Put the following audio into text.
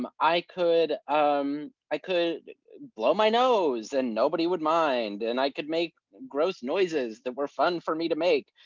um i could um i could blow my nose and nobody would mind. and i could make gross noises that were fun for me to make,